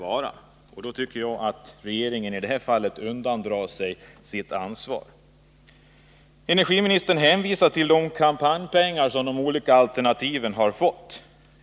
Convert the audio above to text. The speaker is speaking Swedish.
Annars anser jag att regeringen i det här fallet undandrar sig sitt ansvar. Energiministern hänvisar till de kampanjpengar som de olika alternativen har fått.